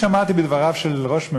שכל צעד דיפלומטי צריך להינקט כדי